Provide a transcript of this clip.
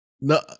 No